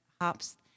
hops